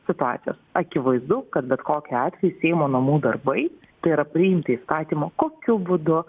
situacijas akivaizdu kad bet kokiu atveju seimo namų darbai tai yra priimti įstatymą kokiu būdu